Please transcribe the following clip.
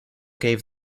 gave